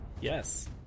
Yes